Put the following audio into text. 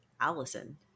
Allison